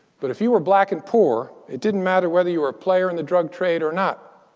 but if you were black and poor, it didn't matter whether you were a player in the drug trade or not,